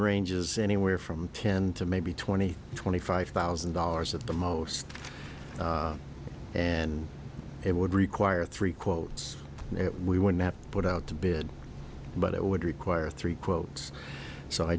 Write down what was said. ranges anywhere from ten to maybe twenty twenty five thousand dollars at the most and it would require three quotes that we would not put out to bid but it would require three quotes so i